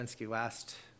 last